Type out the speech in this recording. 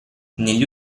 negli